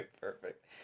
Perfect